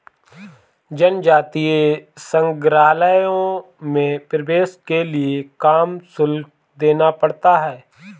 जनजातीय संग्रहालयों में प्रवेश के लिए काम शुल्क देना पड़ता है